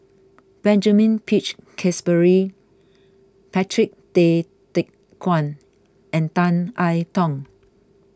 Benjamin Peach Keasberry Patrick Tay Teck Guan and Tan I Tong